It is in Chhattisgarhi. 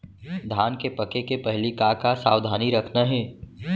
धान के पके के पहिली का का सावधानी रखना हे?